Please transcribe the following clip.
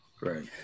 right